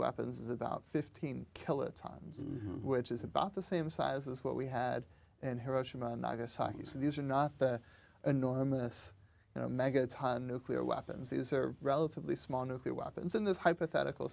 weapons is about fifteen kill it sounds which is about the same size as what we had and hiroshima and nagasaki so these are not enormous maggots ha nuclear weapons these are relatively small nuclear weapons in this hypothetical